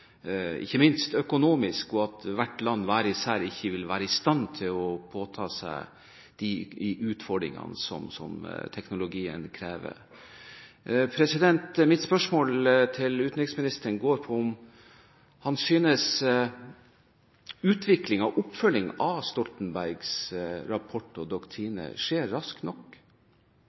ikke minst økonomisk, og at landene hver især ikke ville være i stand til å påta seg de utfordringene som teknologien krever. Mitt spørsmål til utenriksministeren går på om han synes utviklingen og oppfølgingen av Stoltenbergs rapport og doktriner skjer raskt nok.